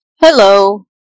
Hello